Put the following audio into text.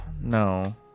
no